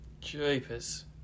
jeepers